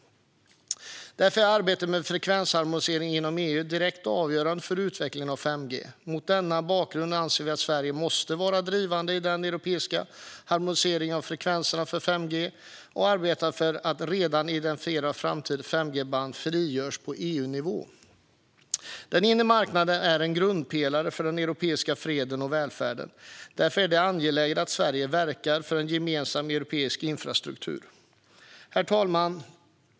Därför är arbetet med frekvensharmonisering inom EU direkt avgörande för utvecklingen av 5G. Mot denna bakgrund anser vi att Sverige måste vara drivande i den europeiska harmoniseringen av frekvenser för 5G och arbeta för att redan identifierade och framtida 5G-band frigörs på EU-nivå. Den inre marknaden är en grundpelare för den europeiska freden och välfärden. Därför är det angeläget att Sverige verkar för en gemensam europeisk infrastruktur. Herr talman!